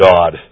God